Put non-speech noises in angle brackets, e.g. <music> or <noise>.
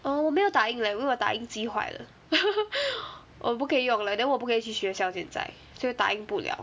oh 我没有打印 leh 因为我打印机坏了 <laughs> 我不可以用了 then 我不可以去学校现在就打印不了